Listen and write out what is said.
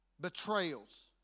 Betrayals